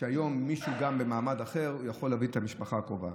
שהיום מי שהוא גם במעמד אחר יכול להביא את המשפחה הקרובה.